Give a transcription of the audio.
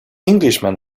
englishman